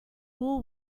fool